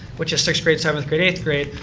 which is six grade, seventh grade, eighth grade.